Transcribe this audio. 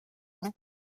ans